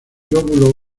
lóbulo